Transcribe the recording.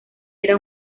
era